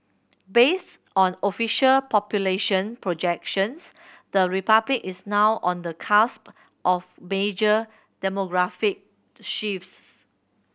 based on official population projections the Republic is now on the cusp of major demographic shifts